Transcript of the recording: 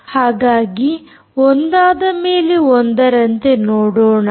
ಹಾಗಾಗಿ ಒಂದಾದ ಮೇಲೆ ಒಂದರಂತೆ ನೋಡೋಣ